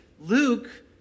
Luke